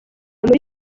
muri